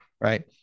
right